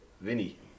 Vinny